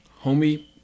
Homie